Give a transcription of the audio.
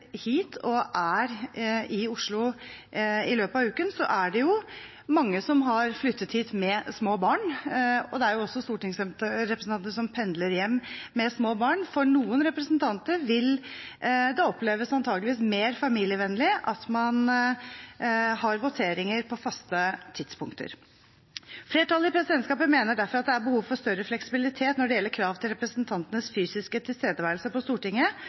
hit og er i Oslo i løpet av uken, er det mange som har flyttet hit med små barn, og det er også stortingsrepresentanter som pendler hjem med små barn. For noen representanter vil det antageligvis oppleves mer familievennlig at man har voteringer på faste tidspunkter. Flertallet i presidentskapet mener derfor det er behov for større fleksibilitet når det gjelder krav til representantenes fysiske tilstedeværelse på Stortinget,